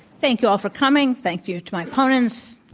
thank you all for coming. thank you to my opponents,